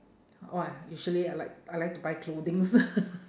what usually I like I like to buy clothings